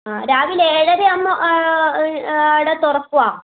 ആ രാവിലെ ഏഴര ആകുമ്പോൾ അവിടെ തുറക്കുവോ